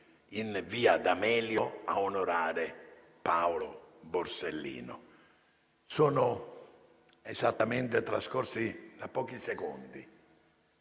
in via D'Amelio a onorare Paolo Borsellino. Sono esattamente trascorsi da pochi secondi